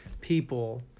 people